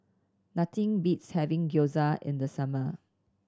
nothing beats having Gyoza in the summer